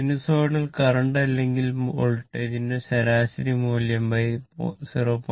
sinusoidal current അല്ലെങ്കിൽ വോൾട്ടേജിന്റെ ശരാശരി മൂല്യം 0